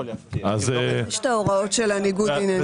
יש את ההוראות של הניגוד עניינים.